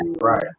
right